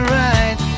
right